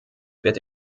wird